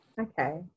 Okay